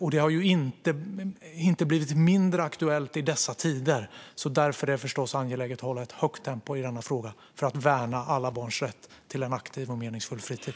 Detta har ju inte blivit mindre aktuellt i dessa tider. Därför är det förstås angeläget att hålla ett högt tempo i denna fråga för att värna alla barns rätt till en aktiv och meningsfull fritid.